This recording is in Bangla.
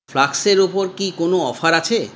ফ্লাক্সের ওপর কি কোনো অফার আছে